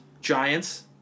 Giants